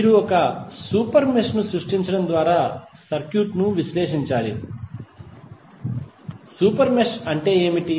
మీరు super mesh సృష్టించడం ద్వారా సర్క్యూట్ను విశ్లేషించాలి సూపర్ మెష్ అంటే ఏమిటి